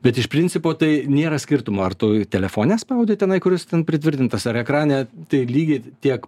bet iš principo tai nėra skirtumo ar tu telefone spaudi tenai kur jis ten pritvirtintas ar ekrane tai lygiai tiek